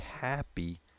happy